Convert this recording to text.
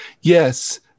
Yes